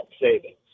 savings